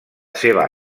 seva